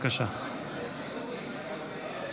מה האופק המדיני, אנחנו נעבור לנושא הבא.